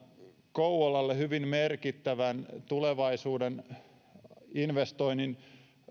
kouvolalle hyvin merkittävän tulevaisuuden investoinnin